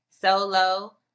Solo